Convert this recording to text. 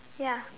ya